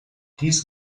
dies